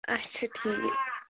اَچھا ٹھیٖک